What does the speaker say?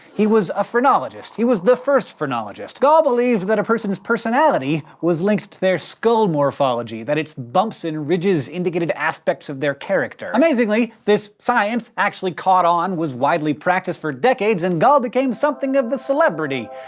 he was a phrenologist, he was the first phrenologist. gall believed that a persons personality was linked to their skull morphology, that its bumps and ridges indicated aspects of their character. amazingly this science actually caught on, was widely practiced for decades, and gall became something of a celebrity.